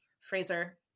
Fraser